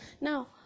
Now